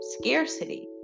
scarcity